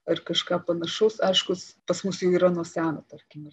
ar kažką panašaus aiškūs pas mus jau yra nuo seno tarkim